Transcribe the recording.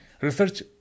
research